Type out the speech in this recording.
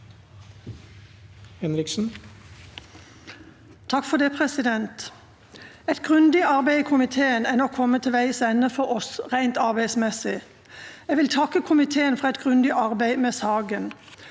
(A) Et grundig arbeid i komiteen er nå kommet til veis ende for oss rent arbeidsmessig. Jeg vil takke komiteen for et grundig arbeid med saken.